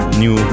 new